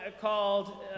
called